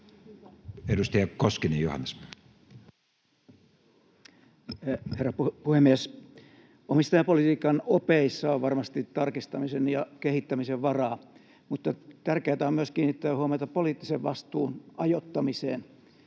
Time: 15:41 Content: Herra puhemies! Omistajapolitiikan opeissa on varmasti tarkistamisen ja kehittämisen varaa, mutta tärkeätä on myös kiinnittää huomiota poliittisen vastuun ajoittamiseen.